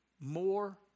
more